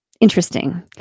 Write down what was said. interesting